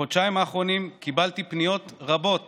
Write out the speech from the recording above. בחודשיים האחרונים קיבלתי פניות רבות